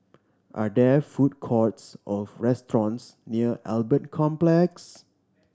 are there food courts or restaurants near Albert Complex